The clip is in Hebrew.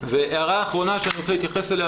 הערה אחרונה שאני רוצה להתייחס אליה